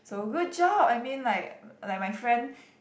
so good job I mean like like my friend